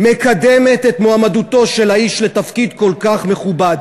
מקדמת את מועמדותו של האיש לתפקיד כל כך מכובד.